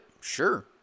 Sure